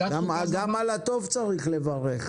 גם על הטוב צריך לברך.